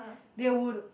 they would